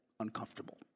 uncomfortable